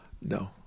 No